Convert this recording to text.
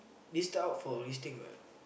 list out for listing what